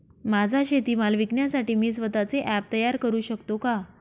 माझा शेतीमाल विकण्यासाठी मी स्वत:चे ॲप तयार करु शकतो का?